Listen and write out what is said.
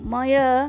Maya